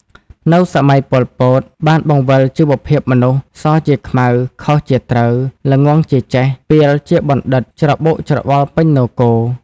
នៅ សម័យ ប៉ុល ពត បានបង្វិលជីវភាពមនុស្ស សជាខ្មៅ ខុសជាត្រូវ ល្ងង់ ជាចេះ ពាល ជាបណ្ឌិត ច្របូកច្របល់ពេញនគរ។